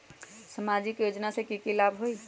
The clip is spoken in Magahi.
सामाजिक योजना से की की लाभ होई?